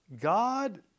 God